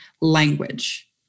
language